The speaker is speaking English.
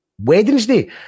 Wednesday